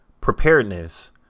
preparedness